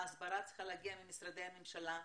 ההסברה צריכה להגיע ממשרדי הממשלה,